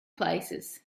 places